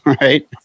Right